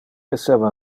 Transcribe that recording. esseva